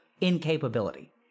incapability